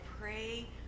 pray